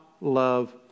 love